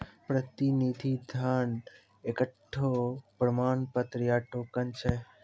प्रतिनिधि धन एकठो प्रमाण पत्र या टोकन छै